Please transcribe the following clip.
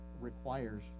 requires